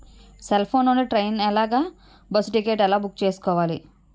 Cell phone నుండి train అలాగే bus ticket ఎలా బుక్ చేసుకోవాలి?